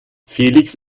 felix